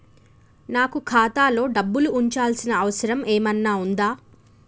నాకు ఖాతాలో డబ్బులు ఉంచాల్సిన అవసరం ఏమన్నా ఉందా?